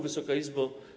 Wysoka Izbo!